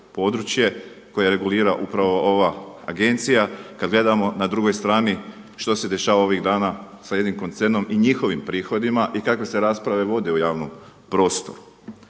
područje koje regulira upravo ova agencija kad gledamo na drugoj strani što se dešava ovih dana sa jednim koncernom i njihovim prihodima i kakve se rasprave vode u javnom prostoru.